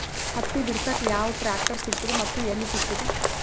ಹತ್ತಿ ಬಿಡಸಕ್ ಯಾವ ಟ್ರಾಕ್ಟರ್ ಸಿಗತದ ಮತ್ತು ಎಲ್ಲಿ ಸಿಗತದ?